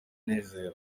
umunezero